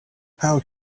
how